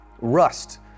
Rust